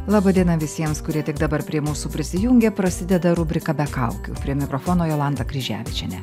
laba diena visiems kurie tik dabar prie mūsų prisijungia prasideda rubrika be kaukių prie mikrofono jolanta kryževičienė